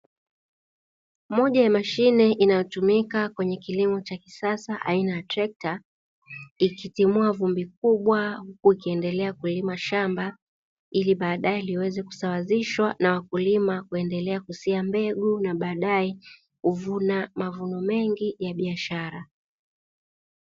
Moja ya mashine inayotumika kwenye kilimo cha kisasa aina ya Trekta, ikitimua vumbi kubwa huku ikiendelea kulima shamba ili baadae liweze kusawazishwa na wakulima kuendelea kusia mbegu na baadae kuvuna mazao mengi ya biashara.